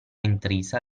intrisa